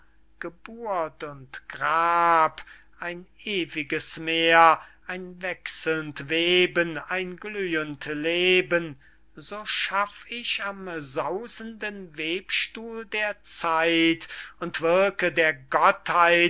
geburt und grab ein ewiges meer ein wechselnd weben ein glühend leben so schaff ich am sausenden webstuhl der zeit und wirke der gottheit